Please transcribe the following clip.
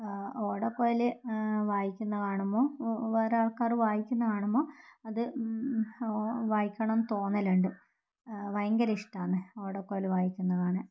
ഓടക്കുഴൽ വായിക്കുന്ന കാണുമ്പോൾ വേറെ ആൾക്കാർ വായിക്കുന്ന കാണുമ്പോൾ അത് വായിക്കണമെന്ന് തോന്നലുണ്ട് ഭയങ്കര ഇഷ്ടാണ് ഓടക്കുഴൽ വായിക്കുന്ന കാണാൻ